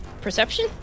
Perception